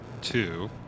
two